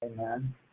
Amen